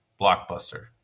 blockbuster